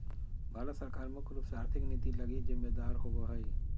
भारत सरकार मुख्य रूप से आर्थिक नीति लगी जिम्मेदर होबो हइ